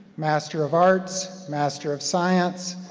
master of arts, master of science,